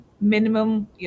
minimum